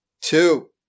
two